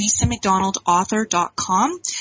lisamcdonaldauthor.com